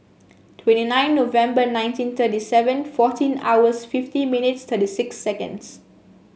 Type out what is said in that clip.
twenty nine November nineteen thirty seven fourteen hours fifty minutes thirty six seconds